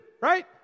right